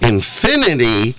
Infinity